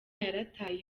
yarataye